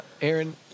Aaron